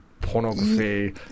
pornography